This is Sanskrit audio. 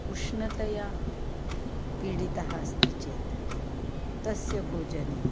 उष्णतया पीडितः अस्ति चेत् तस्य भोजने